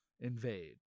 invade